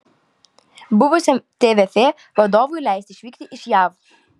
buvusiam tvf vadovui leista išvykti iš jav